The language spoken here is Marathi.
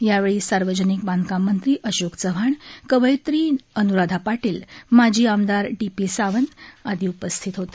यावेळी सार्वजनिक बांधकाम मंत्री अशोक चव्हाण कवयत्री अन्राधा पाटील माजी आमदार डी पी सावंत आदि उपस्थित होते